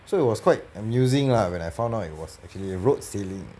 so it was quite amusing ah when I found out that it was actually road sailing